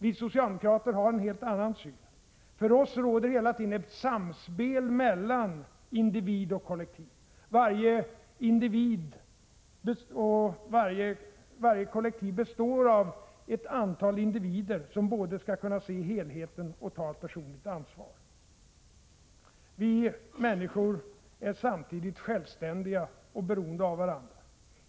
Vi socialdemokrater har en helt annan syn. För oss råder hela tiden ett samspel mellan individ och kollektiv. Varje kollektiv består av ett antal individer som både skall kunna se helheten och ta ett personligt ansvar. Vi människor är samtidigt självständiga och beroende av varandra.